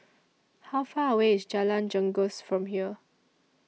How Far away IS Jalan Janggus from here